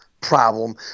problem